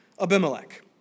Abimelech